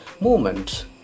movement